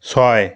ছয়